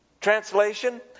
Translation